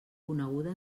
coneguda